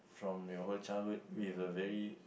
from your whole childhood with a very